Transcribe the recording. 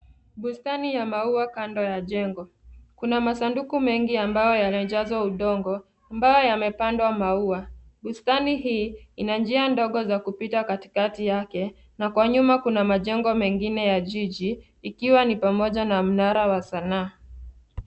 Bustani ya maua kando ya jengo. Kuna masanduku mengi ya mbao yanayojazwa udongo ambayo yamepandwa maua. Bustani hii ina njia ndogo za kupita katikati yake na kwa nyuma kuna majengo mengine ya jiji, ikiwa ni pamoja na mnara wa sanaa.